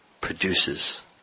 produces